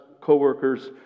co-workers